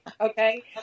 Okay